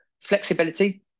Flexibility